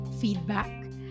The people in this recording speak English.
feedback